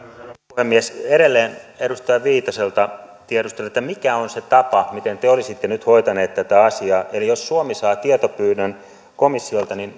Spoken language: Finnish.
puhemies edelleen edustaja viitaselta tiedustelen mikä on se tapa miten te olisitte nyt hoitanut tätä asiaa eli jos suomi saa tietopyynnön komissiolta niin